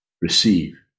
receive